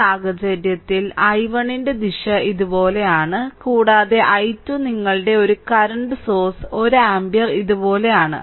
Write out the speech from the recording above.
ഈ സാഹചര്യത്തിൽ i1 ന്റെ ദിശ ഇതുപോലെയാണ് കൂടാതെ i2 നിങ്ങളുടെ ഒരു കറന്റ് സോഴ്സ് 1 ആമ്പിയർ ഇതുപോലെയാണ്